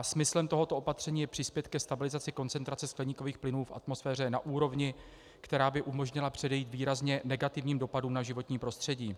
Smyslem tohoto opatření je přispět ke stabilizaci koncentrace skleníkových plynů na úrovni, která by umožnila předejít výrazně negativním dopadům na životní prostředí.